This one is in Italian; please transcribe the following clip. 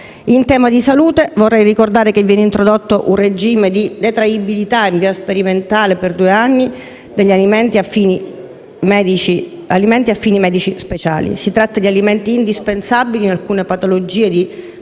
In tema di salute, vorrei ricordare che viene introdotto un regime di detraibilità in via sperimentale, per due anni, degli alimenti a fini medici speciali. Si tratta di alimenti indispensabili in alcune patologie di